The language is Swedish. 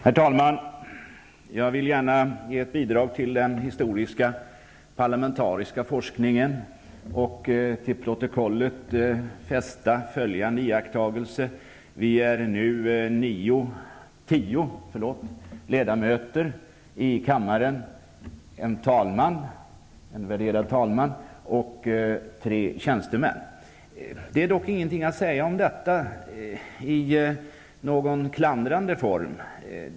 Herr talman! Jag vill gärna ge ett bidrag till den historiska parlamentariska forskningen och till protokollet fästa följande iaktagelser: vi är nu tio ledamöter i kammaren samt en talman och tre tjänstemän. Det finns dock ingenting klandervärt att säga om detta.